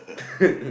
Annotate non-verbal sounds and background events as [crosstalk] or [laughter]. [laughs]